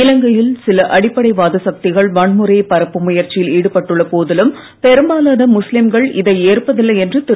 இலங்கையில் சில அடிப்படைவாத சக்திகள் வன்முறையைப் பரப்பும் முயற்சியில் ஈடுபட்டுள்ள போதிலும் பெரும்பாலான முஸ்லிம்கள் இதை ஏற்பதில்லை என்று திரு